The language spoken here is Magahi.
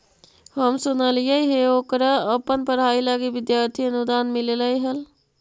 हम सुनलिइ हे ओकरा अपन पढ़ाई लागी विद्यार्थी अनुदान मिल्लई हल